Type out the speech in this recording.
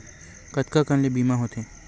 कतका कन ले बीमा होथे?